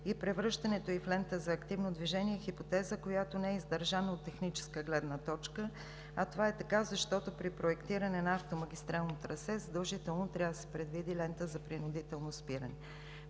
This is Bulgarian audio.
и превръщането ѝ в лента за активно движение е хипотеза, която не е издържана от техническа гледна точка, а това е така, защото при проектиране на автомагистрално трасе, задължително трябва да се предвиди лента за принудително спиране.